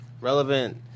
Relevant